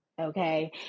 okay